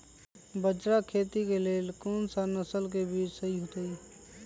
बाजरा खेती के लेल कोन सा नसल के बीज सही होतइ?